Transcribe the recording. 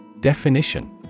Definition